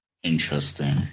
interesting